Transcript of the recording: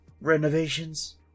renovations